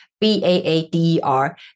B-A-A-D-E-R